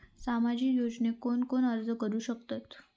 सामाजिक योजनेक कोण कोण अर्ज करू शकतत?